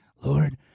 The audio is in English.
Lord